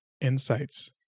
insights